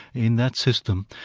in that system,